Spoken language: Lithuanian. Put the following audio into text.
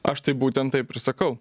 aš tai būtent taip ir sakau